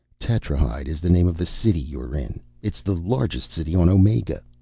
tetrahyde is the name of the city you're in. it's the largest city on omega.